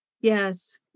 Yes